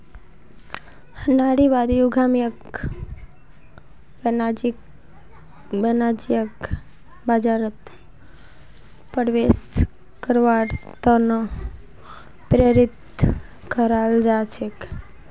नारीवादी उद्यमियक वाणिज्यिक बाजारत प्रवेश करवार त न प्रेरित कराल जा छेक